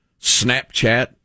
Snapchat